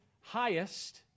highest